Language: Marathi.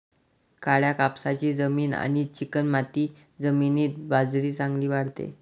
काळ्या कापसाची जमीन आणि चिकणमाती जमिनीत बाजरी चांगली वाढते